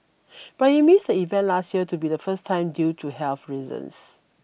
but he missed the event last year to be the first time due to health reasons